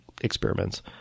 experiments